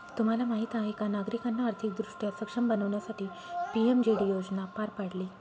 तुम्हाला माहीत आहे का नागरिकांना आर्थिकदृष्ट्या सक्षम बनवण्यासाठी पी.एम.जे.डी योजना पार पाडली